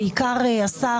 השר,